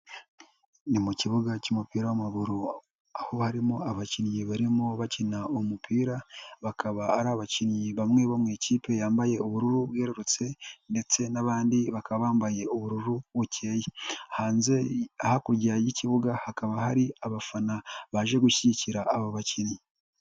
Ni mu kibuga cy'umupira w'amaguru aho harimo abakinnyi barimo bakina umupira bakaba ari abakinnyi bamwe bo mu ikipe yambaye ubururu bwerurutse ndetse n'abandi bakaba bambaye ubururu bukeye hakurya y'ikibuga hakaba hari abafana baje gushyigikira aba bakinnyi.